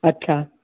अछा